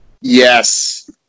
Yes